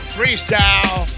Freestyle